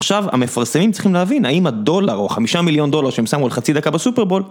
עכשיו המפרסמים צריכים להבין האם הדולר או חמישה מיליון דולר שהם שמו על חצי דקה בסופרבול